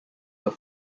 were